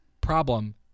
problem